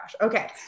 Okay